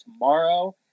tomorrow